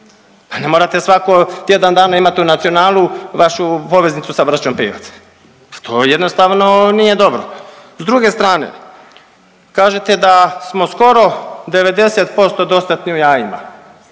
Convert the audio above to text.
Pa ne morate svako tjedan dana imat u Nacionalu vašu poveznicu sa braćom Pivac, pa to jednostavno nije dobro. S druge strane, kažete da smo skoro 90% dostatni u jajima,